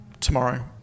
tomorrow